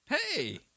Hey